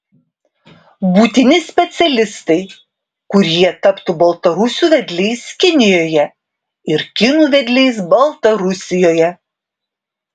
būtini specialistai kurie taptų baltarusių vedliais kinijoje ir kinų vedliais baltarusijoje